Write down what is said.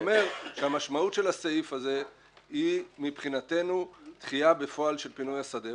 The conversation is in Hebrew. המשמעות של הסעיף הזה היא מבחינתנו דחייה בפועל של פינוי השדה.